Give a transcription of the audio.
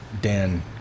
Dan